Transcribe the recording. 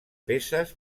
peces